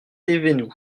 thévenoud